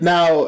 Now